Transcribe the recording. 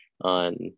on